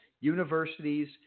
universities